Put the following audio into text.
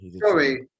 Sorry